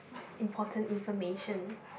important information